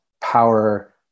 power